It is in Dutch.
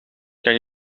kan